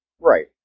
Right